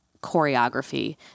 choreography